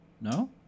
No